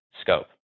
scope